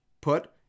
Put